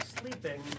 sleeping